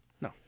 No